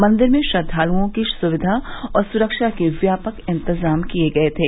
मंदिर में श्रद्वालुओं की सुविधा और सुरक्षा के व्यापक इंतजाम किए गए थे